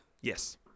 Yes